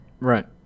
Right